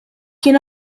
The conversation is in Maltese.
kien